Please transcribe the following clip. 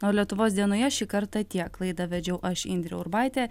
o lietuvos dienoje šį kartą tiek laidą vedžiau aš indrė urbaitė